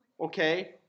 Okay